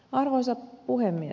arvoisa puhemies